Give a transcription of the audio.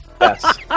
Yes